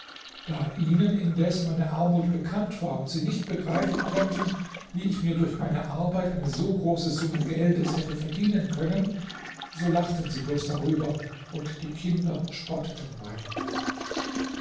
da ihnen indes meine armut bekannt war und sie nicht begreifen konnten wie ich mir durch meine arbeit eine so große summe geldes hätte verdienen können so lachten sie bloß darüber und die kinder spotteten meiner